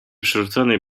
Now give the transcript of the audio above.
przerzuconej